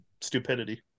stupidity